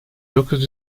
dokuz